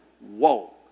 Whoa